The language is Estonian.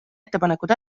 ettepanekud